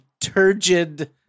turgid